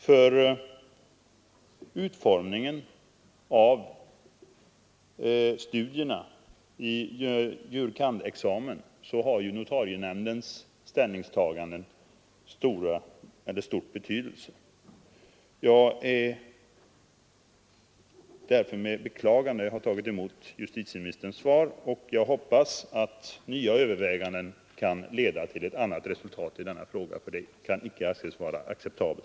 För utformningen av studierna för juris kandidatexamen har ju notarienämndens ställningstagande stor betydelse. Det är alltså med beklagande jag har tagit emot justitieministerns svar, och jag hoppas att nya överväganden kan leda till en annan ordning, för den nuvarande kan icke anses vara acceptabel.